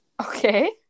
okay